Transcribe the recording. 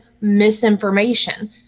misinformation